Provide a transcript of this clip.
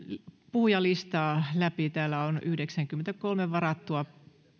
puhujalistaa läpi täällä on yhdeksänkymmentäkolme varattua